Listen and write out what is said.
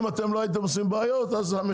אם אתם לא הייתם עושים בעיות אז המחירים היו יורדים.